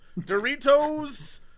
Doritos